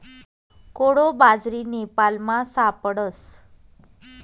कोडो बाजरी नेपालमा सापडस